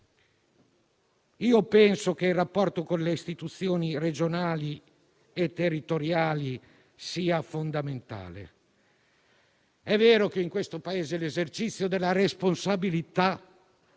Penso che il rapporto con le istituzioni regionali e territoriali sia fondamentale. È vero che nel Paese l'esercizio della responsabilità